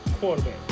quarterback